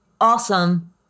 awesome